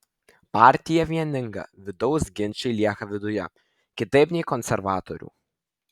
partija vieninga vidaus ginčai lieka viduje kitaip nei konservatorių